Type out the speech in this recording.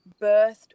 birthed